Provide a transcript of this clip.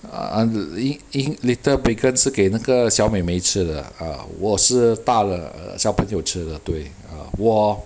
ah i~ i~ little bacon 是给那个小美美吃的 lah uh 我是大了 uh 小朋友吃了对 uh 我